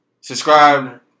Subscribe